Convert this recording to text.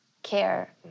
care